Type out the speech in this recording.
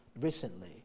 recently